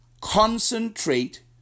Concentrate